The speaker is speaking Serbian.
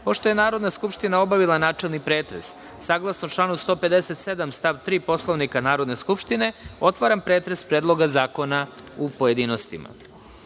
je Narodna skupština obavila načelni pretres, saglasno članu 157. stav 3. Poslovnika Narodne skupštine, otvaram pretres Predloga zakona u pojedinostima. Na